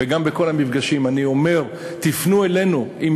וגם בכל המפגשים אני אומר: תפנו אלינו עם